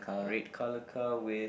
red color car with